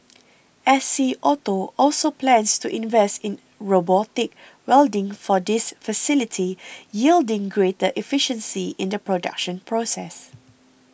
S C Auto also plans to invest in robotic welding for this facility yielding greater efficiency in the production process